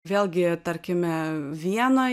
vėlgi tarkime vieno